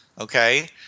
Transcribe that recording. Okay